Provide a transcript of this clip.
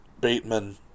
Bateman